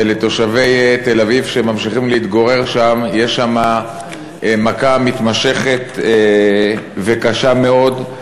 ולתושבי תל-אביב שממשיכים להתגורר שם יש שם מכה מתמשכת וקשה מאוד,